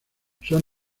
son